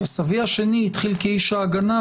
סבי השני התחיל כאיש ההגנה,